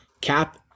Cap